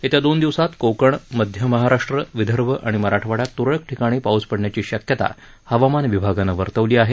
येत्या दोन दिवसात कोकण मध्य महाराष्ट्र विदर्भ आणि मराठवाडयात त्रळक पाऊस पडण्याची शक्यता हवामान विभागानं वर्तवली आहे